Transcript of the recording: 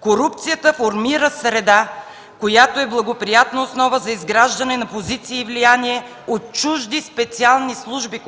„Корупцията формира среда, която е благоприятна основа за изграждане на позиции и влияние от чужди специални служби,